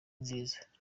nziza